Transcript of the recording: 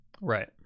right